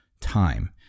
time